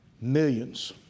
millions